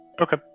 Okay